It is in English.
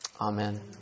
Amen